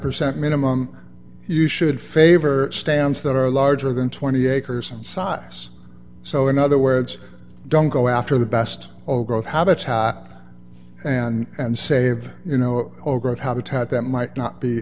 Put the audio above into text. percent minimum you should favor stands that are larger than twenty acres in size so in other words don't go after the best all growth how that's how and save you know growth habitat that might not be